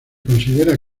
considera